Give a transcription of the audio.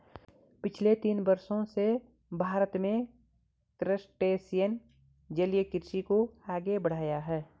पिछले तीस वर्षों से भारत में क्रस्टेशियन जलीय कृषि को आगे बढ़ाया है